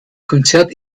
konzert